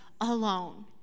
alone